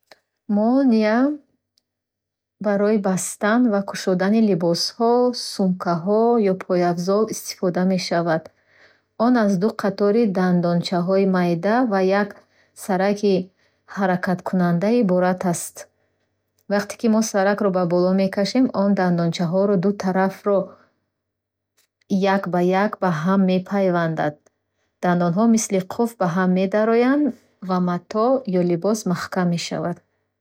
Молния барои бастан ва кушодани либосҳо, сумкаҳо ё пойафзол истифода мешавад. Он аз ду қатори дандончаҳои майда ва як сараки ҳаракаткунанда иборат аст. Вақте ки мо саракро ба боло мекашем, он дандончаҳои ду тарафро як ба як ба ҳам мепайвандад. Дандонҳо мисли қулф ба ҳам медароянд ва матоъ ё либос маҳкам мешавад.